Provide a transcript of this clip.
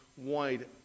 wide